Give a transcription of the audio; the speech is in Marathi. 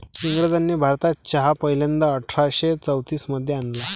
इंग्रजांनी भारतात चहा पहिल्यांदा अठरा शे चौतीस मध्ये आणला